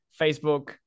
Facebook